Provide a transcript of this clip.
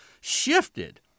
shifted